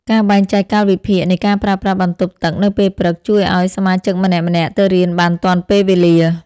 ការបែងចែកកាលវិភាគនៃការប្រើប្រាស់បន្ទប់ទឹកនៅពេលព្រឹកជួយឱ្យសមាជិកម្នាក់ៗទៅរៀនបានទាន់ពេលវេលា។